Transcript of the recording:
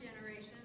generations